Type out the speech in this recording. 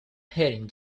heading